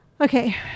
Okay